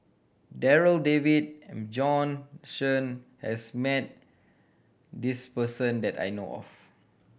Darryl David Bjorn Shen has met this person that I know of